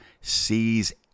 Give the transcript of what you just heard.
sees